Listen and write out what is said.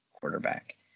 quarterback